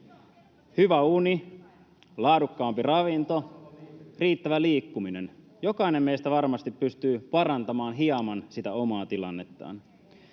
hyvä uni, laadukkaampi ravinto, riittävä liikkuminen. Jokainen meistä varmasti pystyy parantamaan hieman sitä omaa tilannettaan.